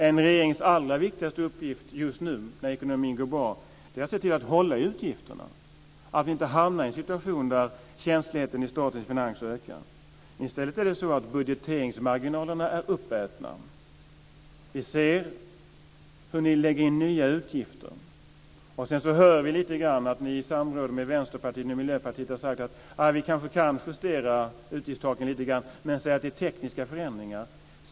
En regerings allra viktigaste uppgift just nu, när ekonomin går bra, är att se till att hålla i utgifterna, att vi inte hamnar i en situation där känsligheten i statens finanser ökar. I stället är budgeteringsmarginalerna uppätna. Vi ser hur ni lägger in nya utgifter, och sedan hör vi att ni i samråd med Vänsterpartiet och Miljöpartiet har sagt att ni kanske kan justera utgiftstaken lite grann. Men ni säger att det är tekniska förändringar.